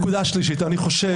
נקודה שלישית, אני חושב